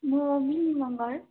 म मिनी मगर